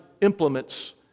implements